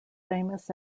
famous